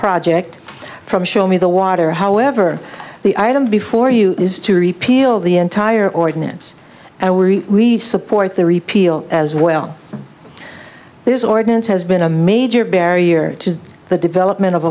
project from show me the water however the item before you is to repeal the entire ordinance and we support the repeal as well this ordinance has been a major barrier to the development of